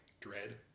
Dread